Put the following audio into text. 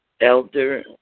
Elder